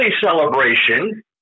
celebration